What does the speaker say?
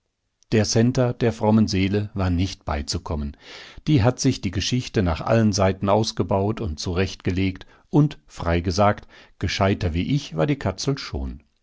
der centa der frommen seele war nicht beizukommen die hat sich die geschichte nach allen seiten ausgebaut und zurechtgelegt und frei gesagt gescheiter wie ich war die katzel schon